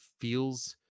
feels